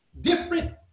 different